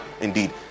indeed